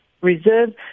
Reserve